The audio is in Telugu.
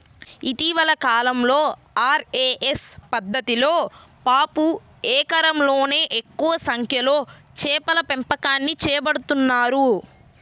ఇటీవలి కాలంలో ఆర్.ఏ.ఎస్ పద్ధతిలో పావు ఎకరంలోనే ఎక్కువ సంఖ్యలో చేపల పెంపకాన్ని చేపడుతున్నారు